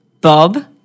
Bob